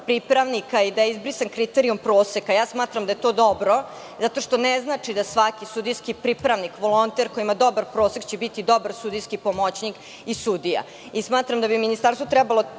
i da je izbrisan kriterijum proseka. Smatram da je to dobro zato što ne znači da svaki sudijski pripravnik, volonter koji ima dobar prosek će biti dobar sudijski pomoćnik i sudija i smatram da bi Ministarstvo takođe